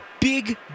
big